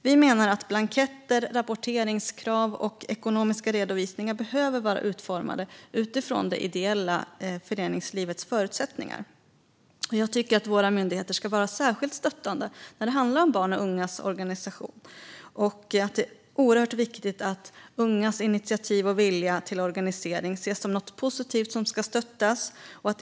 Vi menar att blanketter, rapporteringskrav och ekonomiska redovisningar behöver vara utformade utifrån det ideella föreningslivets förutsättningar. Jag tycker att våra myndigheter ska vara särskilt stöttande när det handlar om barns och ungas organisering. Det är oerhört viktigt att ungas initiativ och vilja till organisering ses som något positivt som ska stöttas.